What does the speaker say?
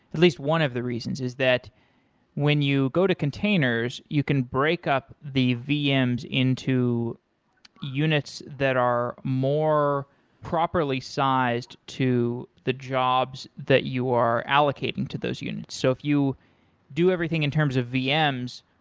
at least one of the reasons, is that when you go to containers you can break up the vms into units that are more properly sized to the jobs that you are allocating to those units. so if you do everything in terms of vms,